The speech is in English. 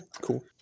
cool